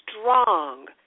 strong